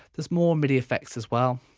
there's more midi effects as well